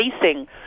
facing